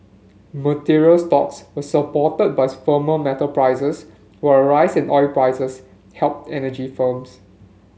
materials stocks were supported by firmer metal prices while a rise in oil prices helped energy firms